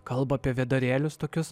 kalba apie vėdarėlius tokius